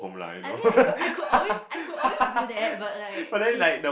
I mean I could I could always I could always do that but like is